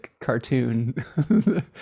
cartoon